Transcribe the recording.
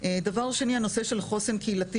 דבר שני, הנושא של חוסן קהילתי.